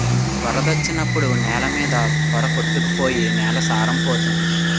వరదొచ్చినప్పుడు నేల మీద పోర కొట్టుకు పోయి నేల సారం పోతంది